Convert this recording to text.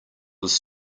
was